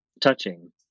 touching